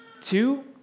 two